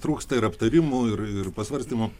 trūksta ir aptarimų ir ir pasvarstymų